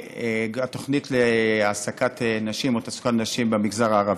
התוכנית לתעסוקת נשים במגזר הערבי: